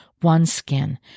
OneSkin